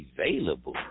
available